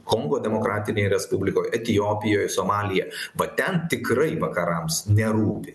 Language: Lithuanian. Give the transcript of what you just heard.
kongo demokratinėj respublikoj etiopijoj somalyje va ten tikrai vakarams nerūpi